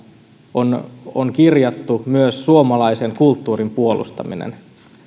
on on kirjattu myös suomalaisen kulttuurin puolustaminen